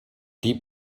die